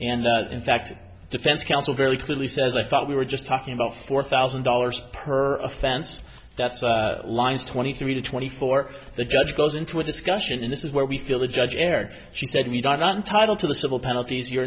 and in fact defense counsel very clearly says i thought we were just talking about four thousand dollars per offense that's lines twenty three to twenty four the judge goes into a discussion in this is where we feel the judge erred she said we don't on title to the civil penalties you're